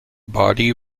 body